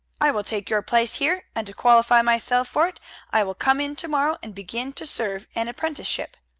i will take your place here, and to qualify myself for it i will come in to-morrow, and begin to serve an apprenticeship.